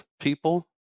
people